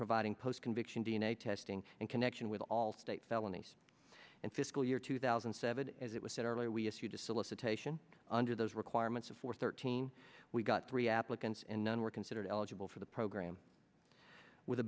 providing post conviction d n a testing in connection with all state felonies and fiscal year two thousand and seven as it was said earlier we asked you to solicitation under those requirements of four thirteen we got three applicants and none were considered eligible for the program with the